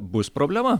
bus problema